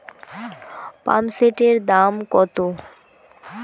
পাম্পসেটের দাম কত?